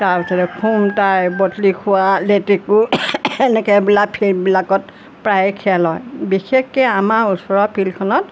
তাৰপিছতে খুমতাই বটলিখোৱা লেটেকু এনেকৈ এইবিলাক ফিল্ডবিলাকত প্ৰায়ে খেল হয় বিশেষকৈ আমাৰ ওচৰৰ ফিল্ডখনত